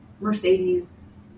Mercedes